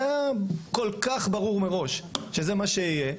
זה היה ברור מראש שזה מה שיהיה.